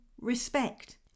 respect